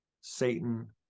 Satan